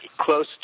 close